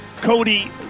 Cody